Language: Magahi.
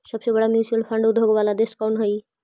सबसे बड़े म्यूचुअल फंड उद्योग वाला देश कौन हई